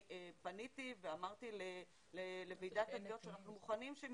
פניתי ואמרתי לוועידת התביעות שאנחנו מוכנים שהם